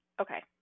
Okay